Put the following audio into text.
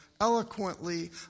eloquently